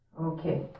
Okay